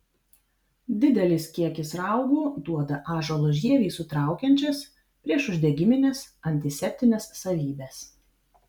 didelis kiekis raugų duoda ąžuolo žievei sutraukiančias priešuždegimines antiseptines savybes